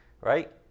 right